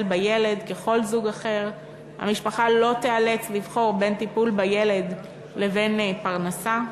בילד ככל זוג אחר והמשפחה לא תיאלץ לבחור בין טיפול בילד לבין פרנסה.